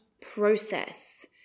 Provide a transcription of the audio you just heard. process